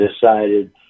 decided